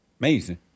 Amazing